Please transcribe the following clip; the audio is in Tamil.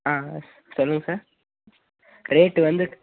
ஆ சொல்லுங்கள் சார் ரேட்டு வந்து